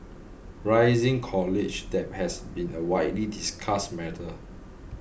rising college debt has been a widely discussed matter